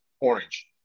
Orange